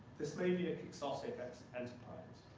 this may be an exotic enterprise.